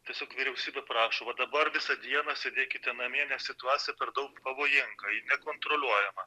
tiesiog vyriausybė prašo va dabar visą dieną sėdėkite namie nes situacija per daug pavojinga ji nekontroliuojama